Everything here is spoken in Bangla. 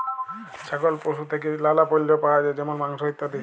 ছাগল পশু থেক্যে লালা পল্য পাওয়া যায় যেমল মাংস, ইত্যাদি